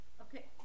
Okay